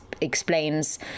explains